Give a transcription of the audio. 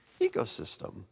ecosystem